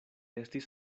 estis